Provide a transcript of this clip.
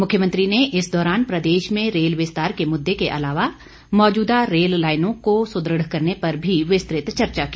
मुख्यमंत्री ने इस दौरान प्रदेश में रेल विस्तार के मुद्दे के अलावा मौजूदा रेल लाईनों को सुदृढ़ करने पर भी विस्तृत चर्चा की